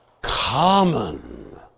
common